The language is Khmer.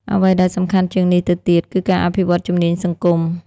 អ្វីដែលសំខាន់ជាងនេះទៅទៀត គឺការអភិវឌ្ឍជំនាញសង្គម។